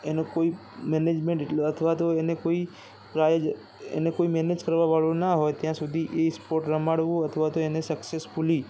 એનો કોઈ મેનેજમેન્ટ એટલે અથવા કોઈ પ્રાયોજક એને કોઈ મેનેજ કરવાવાળો ના હોય ત્યાં સુધી એ સ્પોર્ટ રમાડવું અથવા તો એને સક્સેસફૂલી